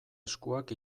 eskuak